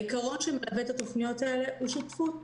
העיקרון שמלווה את התוכניות האלה הוא שותפות,